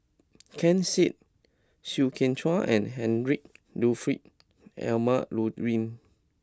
Ken Seet Chew Kheng Chuan and Heinrich Ludwig Emil Luering